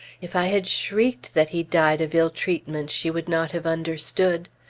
if i had shrieked that he died of ill treatment, she would not have understood.